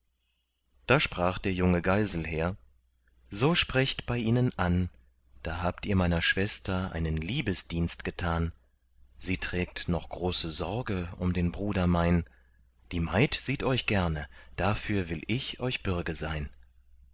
da sprach der junge geiselher so sprecht bei ihnen an da habt ihr meiner schwester einen liebesdienst getan sie trägt noch große sorge um den bruder mein die maid sieht euch gerne dafür will ich euch bürge sein